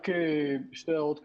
רק שתי הערות קצרות.